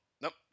nope